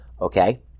Okay